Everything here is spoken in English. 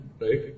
right